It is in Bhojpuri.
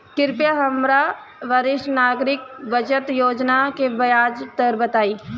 कृपया हमरा वरिष्ठ नागरिक बचत योजना के ब्याज दर बताइं